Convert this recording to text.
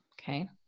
Okay